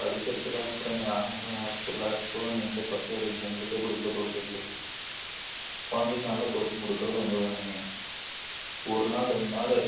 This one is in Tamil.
படிக்கிறதுக்கு தான் அனுப்பறேங்க ஆ ஊன்னா வேற ஸ்கூல் வேற ஸ்கூலுன்னு நீங்களே துரத்திவுட்றீங்க உங்களுக்கே பிடிக்கில போலிருக்கு குழந்தைக்கு நல்லா கோச்சிங் கொடுக்கறது உங்கள் வேலைங்க ஒரு நாள் ரெண்டு நாள்